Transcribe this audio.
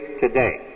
today